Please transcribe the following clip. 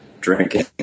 drinking